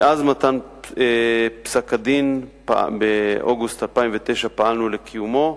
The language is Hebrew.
מאז מתן פסק-הדין באוגוסט 2009 פעלנו לקיומו,